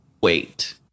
wait